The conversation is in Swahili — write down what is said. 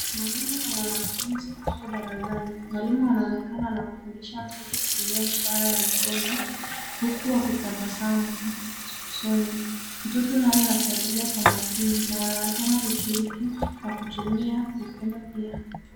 Mwalimu na mwanafunzi wako darasani . Mwalimu anaonekana anafundisha mtoto kutumia ishara ya mikono huku akitabasamu usoni. Mtoto naye anafuatilia kwa makini na anaonekana kushiriki kutumia mikono pia.